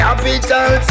Capital